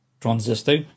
transistor